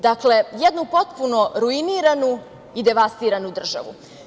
Dakle, jednu potpuno ruiniranu i devastiranu državu.